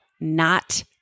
not-